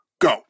go